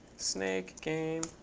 snake game